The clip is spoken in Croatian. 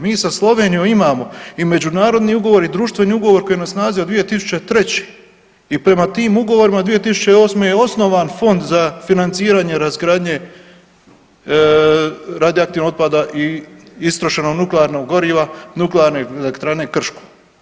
Mi sa Slovenijom imamo i međunarodni ugovor i društveni ugovor koji je na snazi od 2003. i prema tim ugovorima 2008. je osnovan Fond za financiranje razgradnje radioaktivnog otpada i istrošenog nuklearnog goriva Nuklearne elektrane Krško.